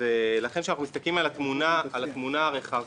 לכן כשאנחנו מסתכלים על התמונה הרחבה,